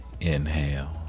Inhale